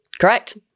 Correct